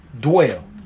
dwell